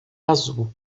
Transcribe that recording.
azul